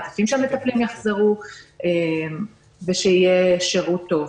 אנחנו מעדיפים שהמטפלים יחזרו ושיהיה שירות טוב.